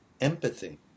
empathy